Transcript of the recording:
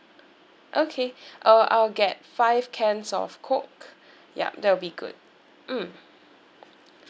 okay uh I'll get five cans of coke yup that would be good mm